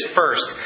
first